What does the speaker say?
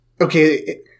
okay